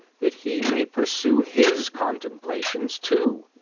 that he may pursue his contemplations too.